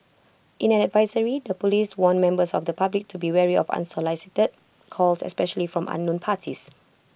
in an advisory the Police warned members of the public to be wary of unsolicited calls especially from unknown parties